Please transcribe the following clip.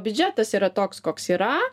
biudžetas yra toks koks yra